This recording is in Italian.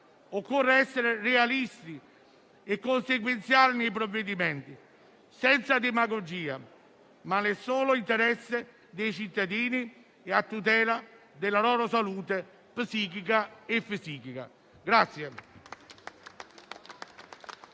Occorre essere realisti e consequenziali nei provvedimenti, senza demagogia, ma nel solo interesse dei cittadini e a tutela della loro salute psichica e fisica.